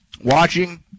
watching